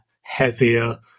heavier